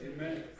Amen